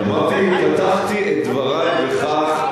פתחתי את דברי בכך,